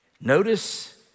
Notice